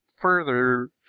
further